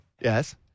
Yes